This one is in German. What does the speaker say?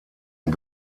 und